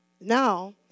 Now